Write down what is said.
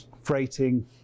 freighting